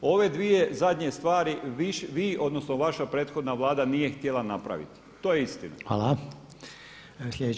Ove dvije zadnje stvari vi odnosno vaša prethodna vlada nije htjela napraviti, to je istina.